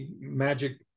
magic